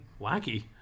Wacky